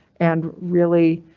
and really,